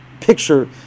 picture